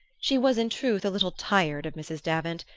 she was, in truth, a little tired of mrs. davant,